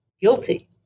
guilty